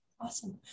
Awesome